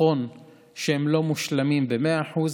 נכון שהם לא מושלמים במאה אחוז.